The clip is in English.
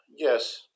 Yes